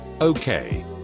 Okay